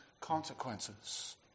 consequences